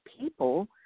people